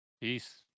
Peace